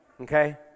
Okay